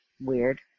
Weird